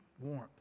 warmth